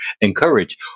encourage